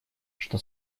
что